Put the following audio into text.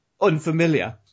unfamiliar